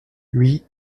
huit